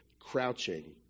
crouching